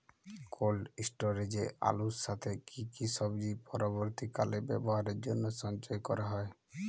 Cold স্টোরেজে আলুর সাথে কি কি সবজি পরবর্তীকালে ব্যবহারের জন্য সঞ্চয় করা যায়?